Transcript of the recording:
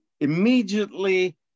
Immediately